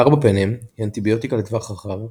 קרבפנם היא אנטיביוטיקה לטווח רחב,